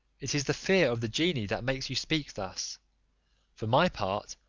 it is the fear of the genie that makes you speak thus for my part,